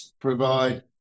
provide